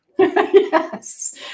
Yes